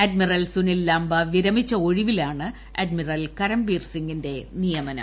admiral Sunil Lamba വിരമിച്ച ഒഴിവിലാണ് admiral Karambir സിംഗിന്റെ നിയമനം